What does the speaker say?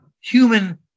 human